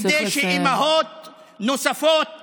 כדי שאימהות נוספות